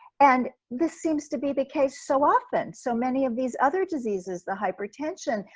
and this seems to be the case so often. so many of these other diseases, the hypertension,